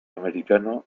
americano